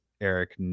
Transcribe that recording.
Eric